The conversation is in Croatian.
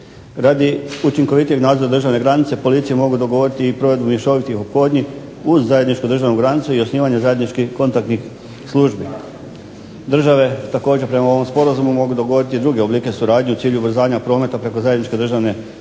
Radi učinkovitijeg nadzora državne granice policije mogu dogovoriti i provedbu mješovitih ophodnji uz zajedničku državnu granicu i osnivanje zajedničkih kontaktnih službi. Države također prema ovom sporazumu mogu dogovoriti i druge oblike suradnje u cilju ubrzavanja prometa preko zajedničke državne granice,